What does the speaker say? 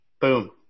Boom